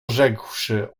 rzekłszy